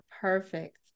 perfect